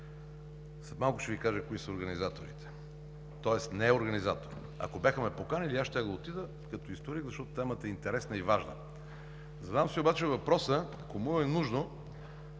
след малко ще Ви кажа кои са организаторите, тоест не е организатор. Ако бяха ме поканили, и аз щях да отида като историк, защото темата е интересна и важна. Задавам си обаче въпроса кому е нужно